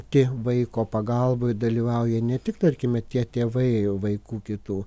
tie vaiko pagalboj dalyvauja ne tik tarkime tie tėvai vaikų kitų